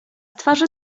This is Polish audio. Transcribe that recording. twarzy